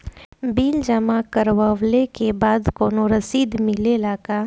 Bill जमा करवले के बाद कौनो रसिद मिले ला का?